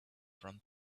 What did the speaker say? from